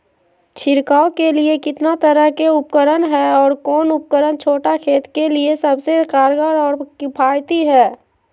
छिड़काव के लिए कितना तरह के उपकरण है और कौन उपकरण छोटा खेत के लिए सबसे कारगर और किफायती है?